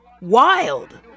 wild